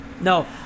No